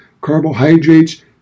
carbohydrates